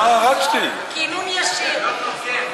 ישר לעזה, כינון ישיר.